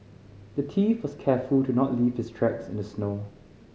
the thief was careful to not leave his tracks in the snow